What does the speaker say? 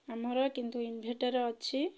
ଆମର କିନ୍ତୁ ଇନଭର୍ଟର୍ ଅଛି